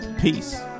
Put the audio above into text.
Peace